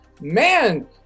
man